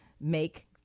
make